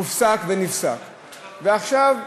מטבע הדברים,